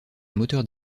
moteurs